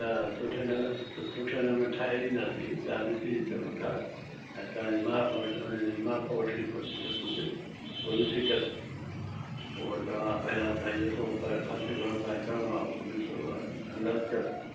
त सुठे नमू सुठे नमूने ठाहे ॾींदासीं तव्हां ॾिसी सघो था ऐं तव्हांजी मा उन जी माप वठणी पवंदी सभु कुझु उहो ॾिसी करे पोइ वरी तव्हां पहिरियों त ॾिसो त ख़र्च घणो तव्हांखे करिणो आहे उन जो अंदाज़ घणे